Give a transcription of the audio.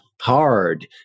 hard